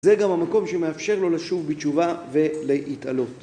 זה גם המקום שמאפשר לו לשוב בתשובה ולהתעלות.